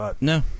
No